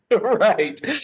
Right